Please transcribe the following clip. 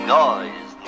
noise